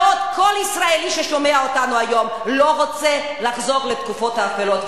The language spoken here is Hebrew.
וכל ישראלי ששומע אותנו היום לא רוצה לחזור לתקופות האפלות,